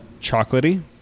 chocolatey